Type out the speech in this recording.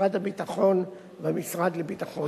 משרד הביטחון והמשרד לביטחון הפנים.